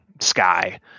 sky